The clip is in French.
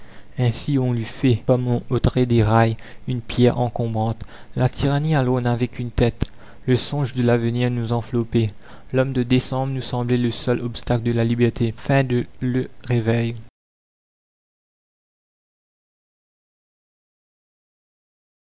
ainsi on l'eût fait comme on ôterait des rails une pierre encombrante la tyrannie alors n'avait qu'une tête le songe de l'avenir nous enveloppait l'homme de décembre nous semblait le seul obstacle de la liberté